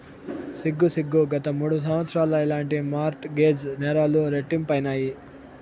సిగ్గు సిగ్గు, గత మూడు సంవత్సరాల్ల ఇలాంటి మార్ట్ గేజ్ నేరాలు రెట్టింపైనాయి